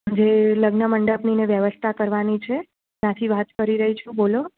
જે લગ્ન મંડપનીને વ્યવસ્થા કરવાની છે ત્યાંથી વાત કરી રહી છું બોલો